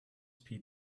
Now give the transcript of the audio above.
pete